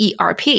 ERP